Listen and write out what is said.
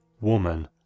woman